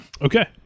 Okay